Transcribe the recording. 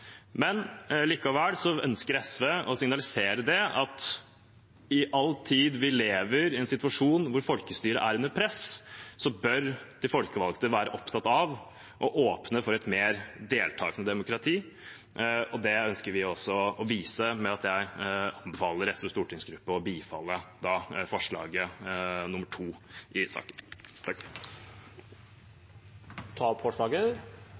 Likevel ønsker SV å signalisere at all den tid vi har en situasjon der folkestyret er under press, bør de folkevalgte være opptatt av å åpne for et mer deltakende demokrati, og det ønsker vi å vise ved at jeg anbefaler SVs stortingsgruppe å bifalle forslag nr. 2 i saken. Ønsker representanten å ta opp